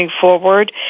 forward